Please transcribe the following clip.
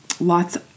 lots